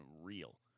real